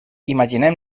imaginem